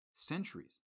Centuries